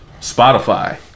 spotify